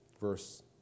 Verse